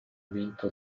vinto